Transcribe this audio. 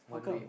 how come